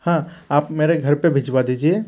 हाँ आप मेरे घर पर भिजवा दीजिए